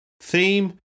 Theme